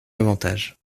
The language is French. davantage